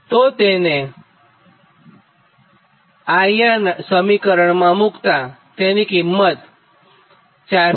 તો તેને IR સમીકરણમાં મુક્તા તેની કિંમત 477